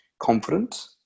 confident